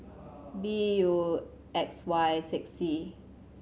B U X Y six C